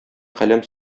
каләм